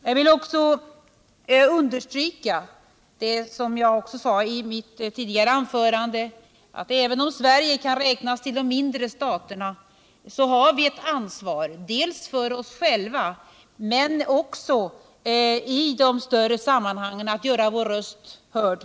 Jag vill också understryka — vilket jag gjorde i mitt tidigare anförande — att även om Sverige kan räknas till de mindre staterna, har vi i vårt land ändå ett ansvar, dels för oss själva, dels i de större sammanhangen, att göra vår röst hörd.